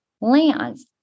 lands